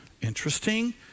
Interesting